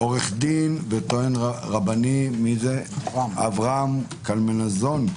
עורך דין וטוען רבני, אברהם קלמנזון,